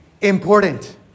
important